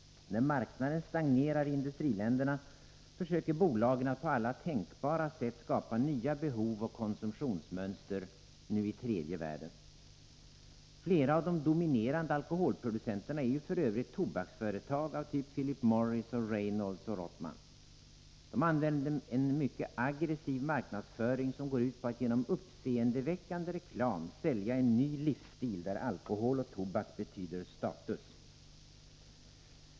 När marknaden stagnerar i industriländerna försöker bolagen att på alla tänkbara sätt skapa nya behov och konsumtionsmönster, nu i tredje världen. Flera av de dominerande alkoholproducenterna är f.ö. tobaksföretag av typ Philip Morris, Reynolds och Rothmans. De använder en mycket aggressiv marknadsföring, som går ut på att genom uppseendeväckande reklam sälja en ny livsstil, där alkohol och tobak betyder status.